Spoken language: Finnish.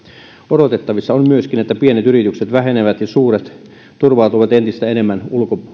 odotettavissa on myöskin että pienet yritykset vähenevät ja suuret turvautuvat entistä enemmän